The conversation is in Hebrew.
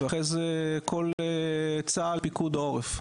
אחרי זה צה"ל ופיקוד העורף,